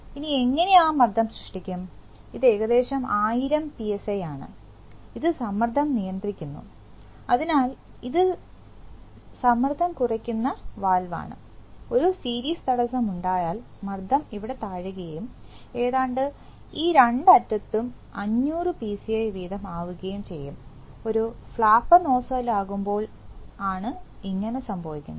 ഇനി എങ്ങനെ ആ മർദ്ദം സൃഷ്ടിക്കും ഇത് ഏകദേശം ആയിരം പിഎസ്ഐ ആണ് ഇത് സമ്മർദം നിയന്ത്രിക്കുന്നു അതിനാൽ ഇത് സമ്മർദ്ദം കുറയ്ക്കുന്ന വാൽവാണ് ഒരു സീരീസ് തടസ്സം ഉണ്ടായാൽ മർദ്ദം ഇവിടെ താഴുകയും ഏതാണ്ട് ഈ രണ്ട് അറ്റത്തും 500 പിഎസ്ഐ വീതം ആവുകയും ചെയ്യുംഒരു ഫ്ലാപ്പർ നോസലാകുമ്പോൾ ആണ് ഇങ്ങനെ സംഭവിക്കുന്നത്